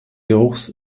geruchs